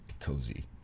cozy